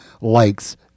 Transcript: likes